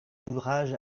ouvrage